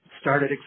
started